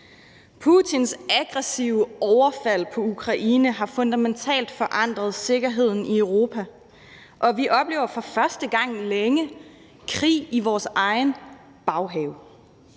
Putins aggressive overfald på Ukraine har fundamentalt forandret sikkerheden i Europa, og vi oplever for første gang længe krig i vores egen baghave.